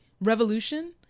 revolution